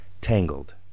Tangled